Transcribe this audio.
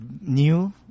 new